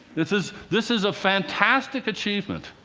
this is this is a fantastic achievement.